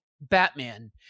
Batman